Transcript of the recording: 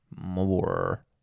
more